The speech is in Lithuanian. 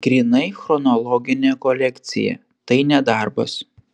grynai chronologinė kolekcija tai ne darbas